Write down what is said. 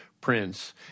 Prince